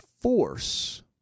force